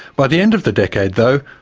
by the end of the decade though,